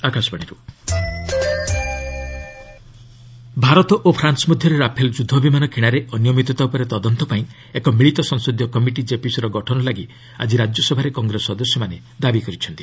RS Rafale Bharat ଓ France ମଧ୍ୟରେ Rafale ଯୁଦ୍ଧବିମାନ କିଣାରେ ଅନିୟମିତତା ଉପରେ ତଦନ୍ତପାଇଁ ଏକ ମିଳିତ ସଂସଦୀୟ କମିଟି ଜେପିସିର ଗଠନପାଇଁ ଆଜି ରାଜ୍ୟସଭାରେ କଂଗ୍ରେସ ସଦସ୍ୟମାନେ ଦାବି କରିଛନ୍ତି